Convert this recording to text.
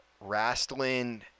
Rastlin